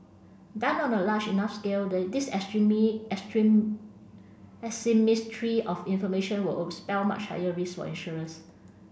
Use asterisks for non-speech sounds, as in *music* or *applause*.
done on a large enough scale the this *unintelligible* asymmetry of information would would spell much higher risk for insurers